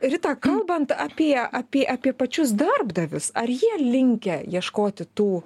rita kalbant apie apie apie pačius darbdavius ar jie linkę ieškoti tų